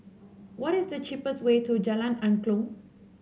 what is the cheapest way to Jalan Angklong